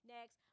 Next